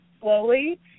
slowly